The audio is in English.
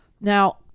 Now